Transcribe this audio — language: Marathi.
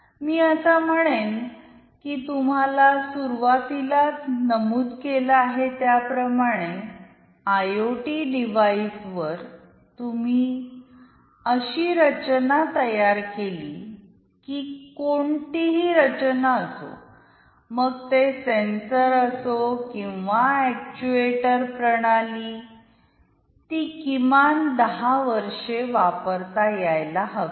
मी असे म्हणेन की तुम्हाला सुरुवातीलाच नमूद केले आहे त्याप्रमाणे आयओटी डिव्हाइसवर तुम्ही अशी रचना तयार केली की कोणतीही रचना असो मग ते सेन्सर असो किन्वा अक्चुएटर प्रणालीती किमान 10 वर्षे वापरता यायला हवी